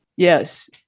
Yes